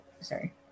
sorry